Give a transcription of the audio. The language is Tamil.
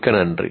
மிக்க நன்றி